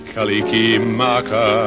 Kalikimaka